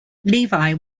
levy